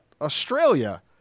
Australia